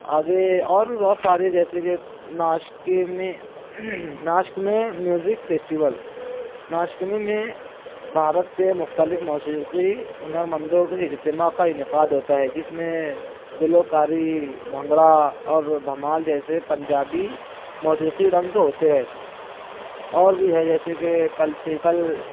آگے اور بھی بہت سارے جیسے کہ ناسک میں ناسک میں میوزک فیسٹیول ناسک میں بھارت کے مختلف موسیقی ہنرمندوں کے اجتماع کا انعقاد ہوتا ہے جس میں گلوکاری بھنگڑا اور دھمال جیسے پنجابی موسیقی رنگ ہوتے ہیں اور بھی ہیں جیسے کہ کلسیکل